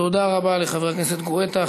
תודה רבה לחבר הכנסת גואטה.